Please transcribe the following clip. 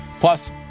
plus